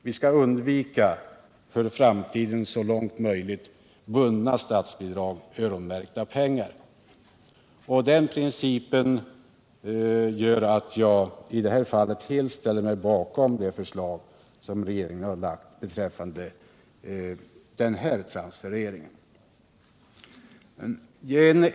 Vi skall för framtiden så långt möjligt undvika bundna statsbidrag, öronmärkta pengar. Jag ställer mig därför helt bakom det förslag som regeringen framlagt beträffande den här transfereringen.